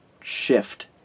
shift